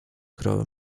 krowy